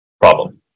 problem